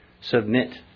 Submit